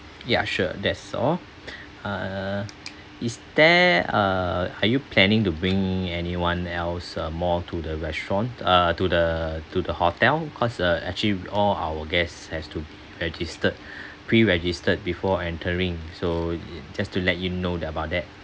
ya sure that's all uh is there uh are you planning to bring in anyone else uh more to the restaurant uh to the to the hotel cause uh actually all our guests has to registered pre-registered before entering so it just to let you know about that